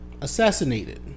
assassinated